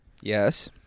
Yes